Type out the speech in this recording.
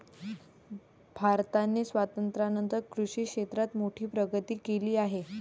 भारताने स्वातंत्र्यानंतर कृषी क्षेत्रात मोठी प्रगती केली आहे